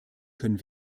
können